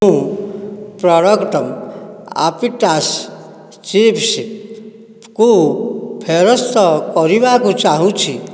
ମୁଁ ପ୍ରଡ଼କ୍ଟ୍ ଆପ୍ପିଟାସ୍ ଚିପ୍ସ୍କୁ ଫେରସ୍ତ କରିବାକୁ ଚାହୁଁଛି